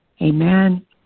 Amen